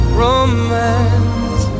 romance